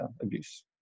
abuse